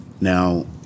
Now